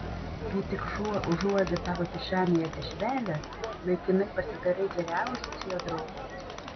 kai tik šuo užuodžia tavo kišenėje dešrelę laikinai pasidarai geriausias jo draugas